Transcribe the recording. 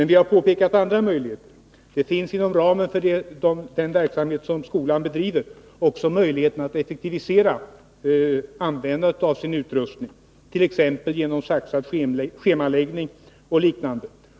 Vi har pekat på andra möjligheter. Det finns inom ramen för den verksamhet som skolan bedriver också möjligheter att effektivisera användandet av skolans utrustning, t.ex. genom saxad schemaläggning.